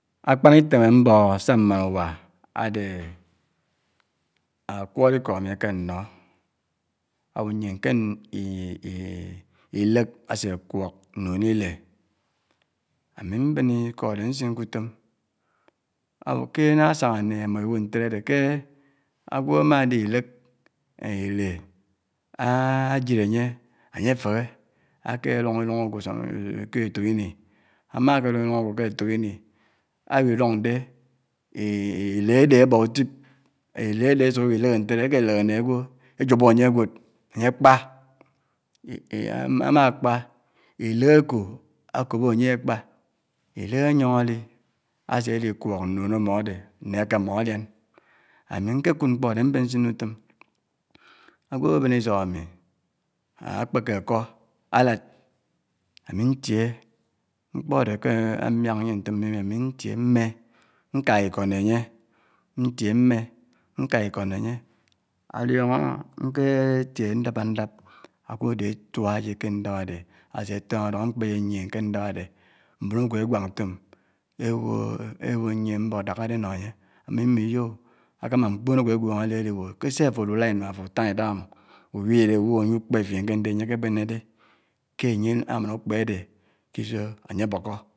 . Akpan itèm àmbòhò sà mmà uwá ádé, ákwóró Ikó ámi ákè nnó, ábo nyèn kè ilèk ásé kwòk ndòn ilè àmi mbén ikó ádé nsin kè utòm ábò ké nághá ásángá n imo ibò ntèdè ádé ké ágwò ámádé uek, uè àjiré. ányè, ányè f'éhe áke lóng ilòng ágwò ké ètok ini, áma ké lóng ilóng ágwó kè ètok ini, ábilòng dè ilè adè ábò utip, ilè ádé ásuk ábi lèhè nte dè ákè lèhé mmè ágwò, èjukpó ányè ègwód, ányé ákpá. ámákpá ilé ákó ákóp ányé ákpá, ilè ányòng ádi ásè di Kwòk ndòn àmò ádè nè ákémó ádián ámi nkekud mkpó ádè ámi mben nsin n’utòm. Ágwò áké bèn isòng àmi ákpèkè àkó álád, ámi ntiè mmè, nkàghá ikò mmè ányè, áliòngò nké tie, ndàpà ndàp ágwó ádé átuá áyed ké ndáp ádé ásè tongò èdòng ámkpèyè nyèn kè ndàp ádè, mbòn. ágwò èwàk ntom, èbò ébó nyèn mbòk dákádé nó ányé ámi mbò iyò ó, ákèmà mkpón ágwò ègwòngò éli èligwò kè sè à fò àlulá inuá àfò utàng idàhà m uwièlè ugwò ányé kpè fien kè ndé ányé kè bèn ádi kè ányé ámán ukpè fien kè isò ányé ámán ábókó.